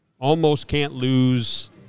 almost-can't-lose